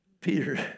Peter